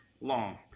long